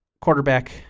quarterback